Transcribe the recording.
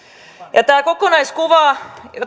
ja tämä kokonaiskuva